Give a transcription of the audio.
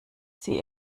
sie